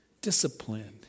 discipline